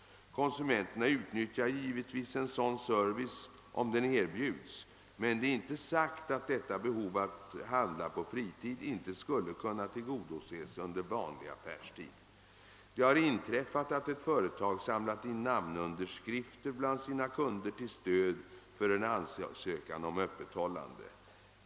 Konsumenterna utnyttjar givetvis en sådan service om den erbjuds, men det är inte sagt att detta behov att handla på fritid inte skulle kunna tillgodoses under vanlig affärstid. Det har inträffat att ett företag samlat in namnunderskrifter bland sina kunder till stöd för en ansökan om öppethållande.